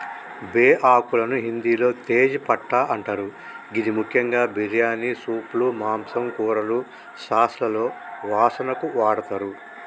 బేఆకులను హిందిలో తేజ్ పట్టా అంటరు గిది ముఖ్యంగా బిర్యానీ, సూప్లు, మాంసం, కూరలు, సాస్లలో వాసనకు వాడతరు